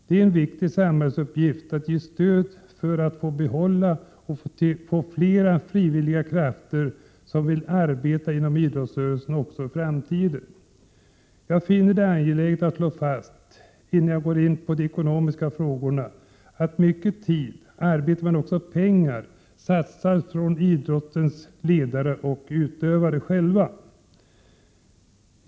Det är en viktig samhällsuppgift att ge stöd för att få behålla och få fler frivilliga krafter som vill arbeta inom idrottsrörelsen också i framtiden. Jag finner det angeläget att, innan jag går in på de ekonomiska frågorna, slå fast att mycket tid och arbete men också pengar satsas från idrottens ledare och utövare.